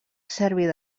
serbis